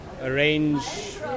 arrange